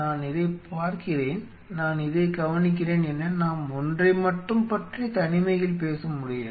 நான் இதைப் பார்க்கிறேன் நான் இதைக் கவனிக்கிறேன் என நாம் ஒன்றை மட்டும்பற்றி தனிமையில் பேச முடியாது